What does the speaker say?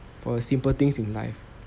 for a simple things in life